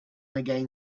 again